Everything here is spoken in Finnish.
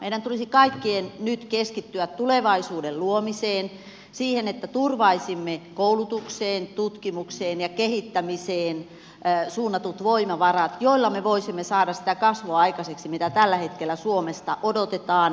meidän tulisi kaikkien nyt keskittyä tulevaisuuden luomiseen siihen että turvaisimme koulutukseen tutkimukseen ja kehittämiseen suunnatut voimavarat joilla me voisimme saada aikaiseksi sitä kasvua mitä tällä hetkellä suomesta odotetaan maailmallakin